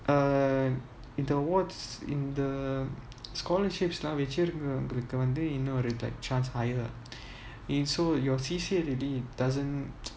uh in the awards in the scholarships வச்சிருக்கவங்களுக்குவந்துஇன்னும்:vachirukavangaluku vanthu innum like chance higher in so your C_C_A really doesn't